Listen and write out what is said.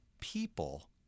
people